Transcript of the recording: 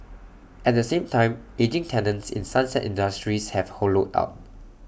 at the same time ageing tenants in sunset industries have hollowed out